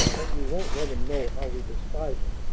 but we won't let em know how we despise em.